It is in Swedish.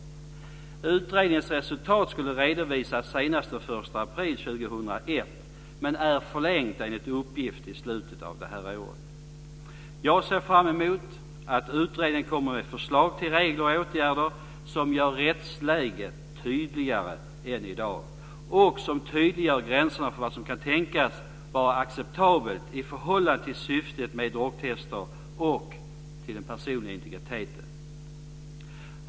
Utredningens resultat skulle ha redovisats senast den 1 april 2001 men tiden har, enligt uppgift, förlängts till slutet av det här året. Jag ser fram mot att utredningen kommer med förslag till regler och åtgärder som gör rättsläget tydligare än i dag och som tydliggör gränserna för vad som kan tänkas vara acceptabelt i förhållande till syftet med drogtest och till den personliga integriteten.